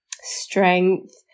strength